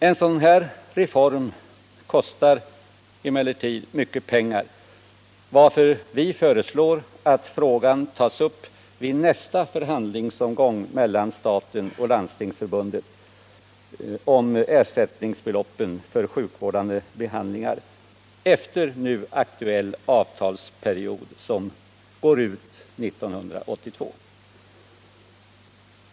En sådan här reform kostar emellertid mycket pengar, varför vi föreslår att frågan tas upp vid nästa förhandlingsomgång mellan staten och Landstingsförbundet om ersättningsbeloppen för sjukvårdande behandlingar efter nu aktuell avtalsperiod som går ut 1982.